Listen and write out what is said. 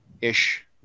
ish